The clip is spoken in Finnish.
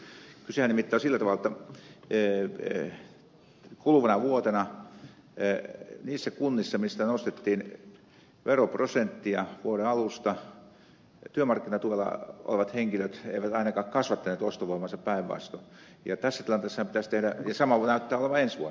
sehän nimittäin on sillä tavalla jotta kuluvana vuotena niissä kunnissa missä nostettiin veroprosenttia vuoden alusta työmarkkinatuella olevat henkilöt eivät ainakaan kasvattaneet ostovoimaansa päinvastoin ja samoin näyttää olevan ensi vuonna